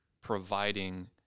providing